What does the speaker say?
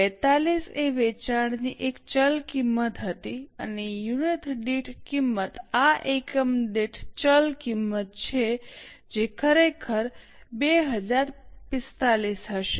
42 એ વેચાણની એક ચલ કિંમત હતી અને યુનિટ દીઠ કિંમત આ એકમ દીઠ ચલ કિંમત છે જે ખરેખર 2045 હશે